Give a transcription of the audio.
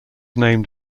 named